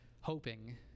Hoping